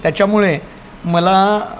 त्याच्यामुळे मला